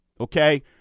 okay